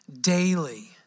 Daily